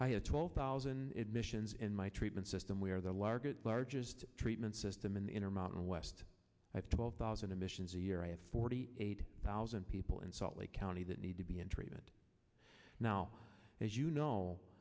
i had twelve thousand admissions in my treatment system where the largest largest treatment system in the inner mountain west at twelve thousand emissions a year i have forty eight thousand people in salt lake county that need to be in treatment now as you know